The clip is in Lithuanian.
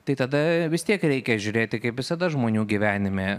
tai tada vis tiek reikia žiūrėti kaip visada žmonių gyvenime